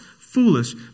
foolish